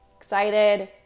Excited